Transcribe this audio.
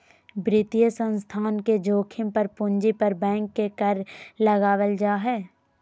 वित्तीय संस्थान के जोखिम पर पूंजी पर बैंक के कर लगावल जा हय